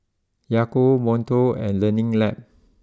Yakult Monto and Learning Lab